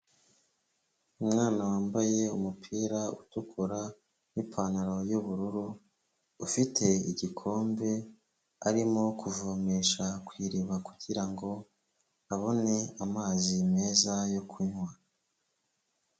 Umwana wambaye umupira utukura n'ipantaro y'ubururu, ufite igikombe arimo kuvomesha ku iriba kugira ngo abone amazi meza yo kunywa.